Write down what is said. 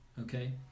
Okay